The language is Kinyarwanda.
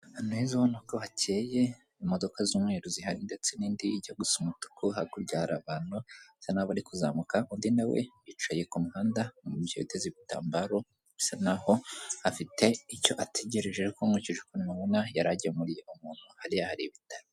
Ahantu heza ubona ko hakeye, imodoka z'umweru zihari ndetse n'indi ijya gusa umutuku, hakurya hari abantu bisa naho bari kuzamuka, undi nawe yicaye ku muhanda umubye uteze igitambaro, bisa naho afite icyo ategereje, ariko nkurikije ukuntu mbona, yarajyamuriye umuntu hariya hari ibitaro.